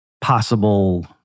possible